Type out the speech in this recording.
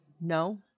No